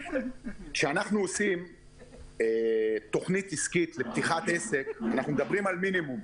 כשאנחנו עושים תוכנית עסקית לפתיחת עסק אנחנו מדברים על מינימום,